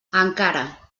encara